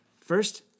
First